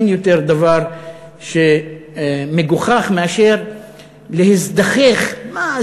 אין דבר יותר מגוחך מאשר להזדכך: מה,